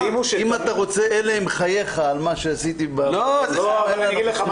אם אתה רוצה "אלה הם חייך" על מה שעשיתי בקדנציות הקודמות.